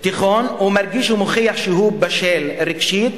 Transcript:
תיכון ומרגיש ומוכיח שהוא בשל רגשית,